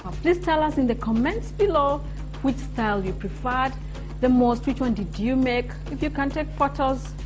please tell us in the comments below which style you preferred the most? which one did you make? if you can take photos.